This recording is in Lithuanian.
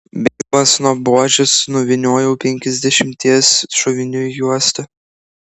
bėgdamas nuo buožės nuvyniojau penkiasdešimties šovinių juostą